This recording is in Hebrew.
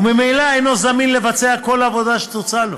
וממילא אינו זמין לבצע כל עבודה שתוצע לו.